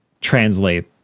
translate